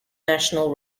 national